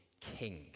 king